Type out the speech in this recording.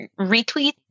retweet